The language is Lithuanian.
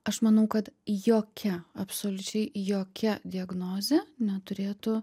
aš manau kad jokia absoliučiai jokia diagnozė neturėtų